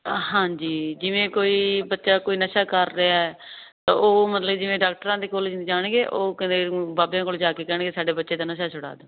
ਹਾਂਜੀ ਜਿਵੇਂ ਕੋਈ ਬੱਚਾ ਕੋਈ ਨਸ਼ਾ ਕਰ ਰਿਹਾ ਤਾਂ ਉਹ ਮਤਲਬ ਜਿਵੇਂ ਡਾਕਟਰਾਂ ਦੇ ਕੋਲ ਨਹੀਂ ਜਾਣਗੇ ਉਹ ਕਹਿੰਦੇ ਬਾਬਿਆਂ ਕੋਲ ਜਾ ਕੇ ਕਹਿਣਗੇ ਸਾਡੇ ਬੱਚੇ ਦਾ ਨਸ਼ਾ ਛੁਡਾ ਦੇ